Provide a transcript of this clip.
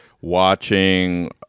watching